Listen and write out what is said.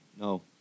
no